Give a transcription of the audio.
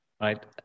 Right